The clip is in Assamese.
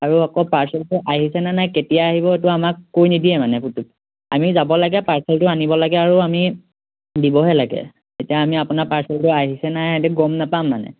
আৰু আকৌ পাৰ্চেলটো আহিছেনে নাই কেতিয়া আহিব এইটো আমাক কৈ নিদিয়ে মানে পুটুক আমি যাব লাগে পাৰ্চেলটো আনিব লাগে আৰু আমি দিবহে লাগে এতিয়া আমি আপোনাৰ পাৰ্চেলটো আহিছে নাই সেইটো গম নাপাম মানে